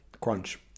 crunch